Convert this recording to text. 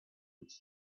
which